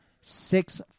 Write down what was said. six